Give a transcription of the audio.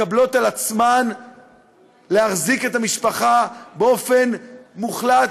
מקבלות על עצמן להחזיק את המשפחה באופן מוחלט,